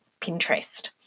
Pinterest